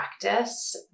practice